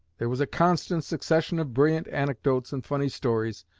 there was a constant succession of brilliant anecdotes and funny stories,